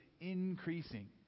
increasing